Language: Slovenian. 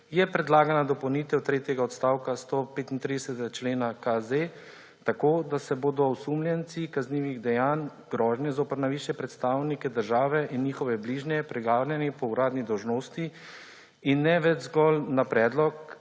je predlagana dopolnitev tretjega odstavka 135. člena KZ tako, da se bodo osumljenci kaznivih dejanj grožnje zoper najvišje predstavnike države in njihove bližnje preganjali po uradni dolžnosti in ne več zgolj na predlog,